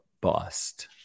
Bust